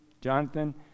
Jonathan